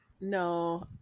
no